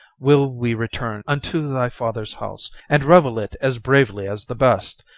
will we return unto thy father's house and revel it as bravely as the best,